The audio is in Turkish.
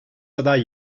aday